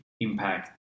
impact